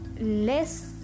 less